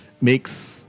makes